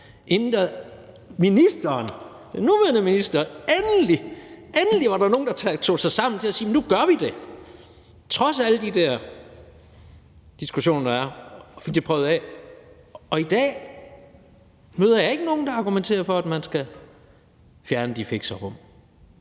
var der nogen, der tog sig sammen – tog sig sammen til at sige, at nu gør vi det trods alle de der diskussioner, der er. Vi fik det prøvet af. Og i dag møder jeg ikke nogen, der argumenterer for, at man skal fjerne de fixerum.